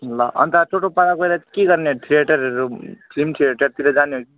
ल अन्त टोटोपाडा गएर के गर्ने थिएटरहरू फिल्म थिएटरतिर जाने हो कि